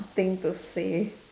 thing to say